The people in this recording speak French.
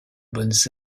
bonnes